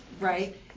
right